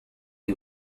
you